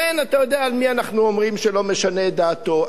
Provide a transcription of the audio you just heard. אתה יודע על מי אנחנו אומרים שלא משנה את דעתו,